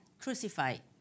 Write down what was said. crucified